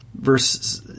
verse